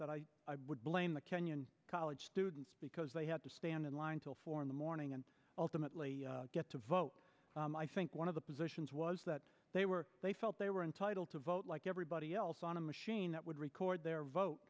that i would blame the kenyan college students because they had to stand in line till four in the morning and ultimately get to vote i think one of the positions was that they were they felt they were entitled to vote like everybody else on a machine that would record their vote